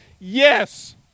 Yes